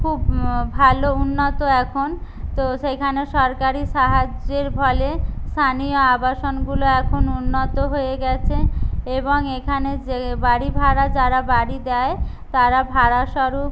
খুব ভালো উন্নত এখন তো সেইখানে সরকারি সাহায্যের ফলে স্থানীয় আবাসনগুলো এখন উন্নত হয়ে গিয়েছে এবং এখানে যে বাড়ি ভাড়া যারা বাড়ি দেয় তারা ভাড়াস্বরূপ